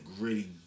gritty